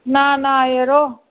ना ना जरो